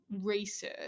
research